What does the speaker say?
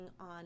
on